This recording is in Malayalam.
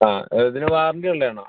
ആ അതിന് വാറൻ്റി ഉള്ളതാണോ